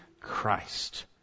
Christ